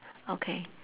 okay